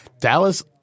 Dallas